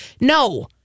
no